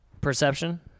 Perception